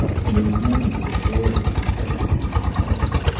and there was nothing but the barest necessities in the house.